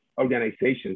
organizations